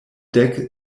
dek